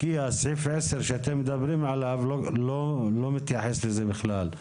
כי סעיף 10 שאתם מדברים עליו לא מתייחס לזה בכלל.